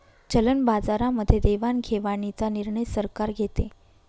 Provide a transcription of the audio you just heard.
चलन बाजारामध्ये देवाणघेवाणीचा निर्णय सरकार घेते